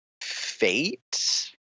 fate